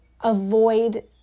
avoid